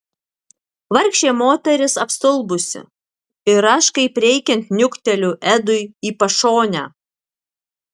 vargšė moteris apstulbusi ir aš kaip reikiant niukteliu edui į pašonę